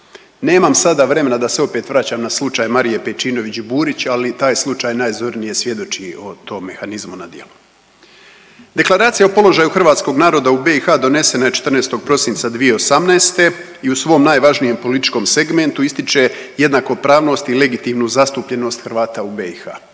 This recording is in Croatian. Nemam sada vremena da se opet vraćam na slučaj Marije Pejčinović Burić, ali taj slučaj najzornije svjedoči o tom mehanizmu na djelu. Deklaracija o položaju hrvatskog naroda u BiH donesena je 14. prosinca 2018. i u svom najvažnijem političkom segmentu ističe jednakopravnost i legitimnu zastupljenost Hrvata u BiH.